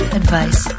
advice